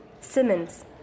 Simmons